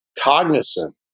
cognizant